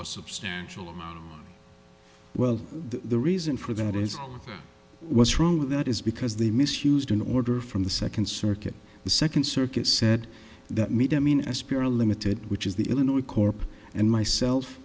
a substantial amount well the reason for that is what's wrong with that is because they misused an order from the second circuit the second circuit said that made them in as pure a limited which is the illinois corp and myself